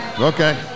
Okay